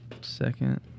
Second